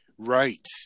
Right